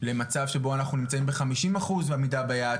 למצב שבו אנחנו נמצאים בחמישים אחוז עמידה ביעד,